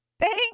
thank